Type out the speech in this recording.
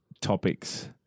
topics